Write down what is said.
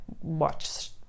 watch